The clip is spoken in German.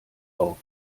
auf